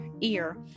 ear